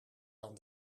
dan